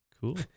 Cool